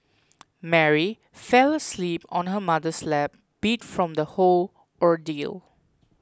Mary fell asleep on her mother's lap beat from the whole ordeal